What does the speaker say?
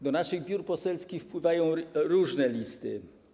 Do naszych biur poselskich wpływają różne listy.